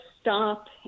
stop